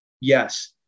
yes